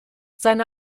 seine